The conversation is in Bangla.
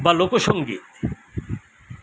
বা লোকসঙ্গীত